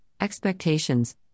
expectations